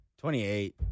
28